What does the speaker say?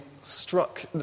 struck